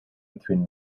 between